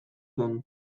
zen